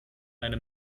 eine